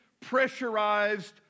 pressurized